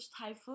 typhoon